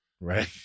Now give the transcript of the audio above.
Right